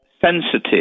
sensitive